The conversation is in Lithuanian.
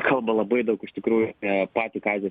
kalba labai daug iš tikrųjų apie patį kazį